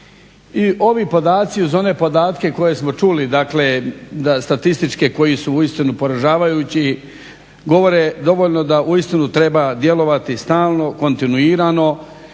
I ovi podaci uz one podatke koje smo čuli statističke koji su uistinu poražavajući govore dovoljno da uistinu treba djelovati stalno, kontinuirano